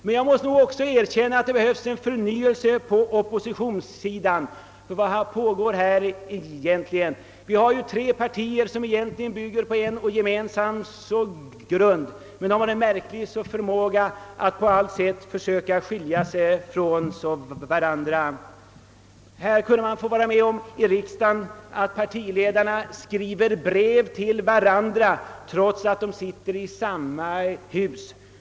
Men jag måste erkänna att det behövs förnyelse också på oppositionssidan. Ty vad pågår egentligen där? Vi har tre oppositionspartier som bygger på en gemensam grund men som äger en märklig förmåga att konstruera upp skiljaktigheter som egentligen inte finns. Vi kan t.o.m. här i riksdagen få vara med om att partiledarna skriver brev till varandra trots att de vistas i samma hus.